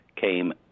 came